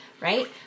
right